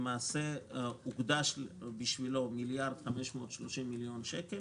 הוקדשו 1.53 מיליארד שקל